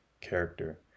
character